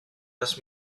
asked